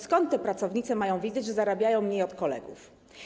Skąd te pracownice mają wiedzieć, że zarabiają mniej od kolegów?